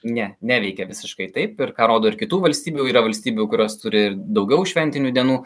ne neveikia visiškai taip ir ką rodo ir kitų valstybių yra valstybių kurios turi ir daugiau šventinių dienų